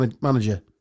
Manager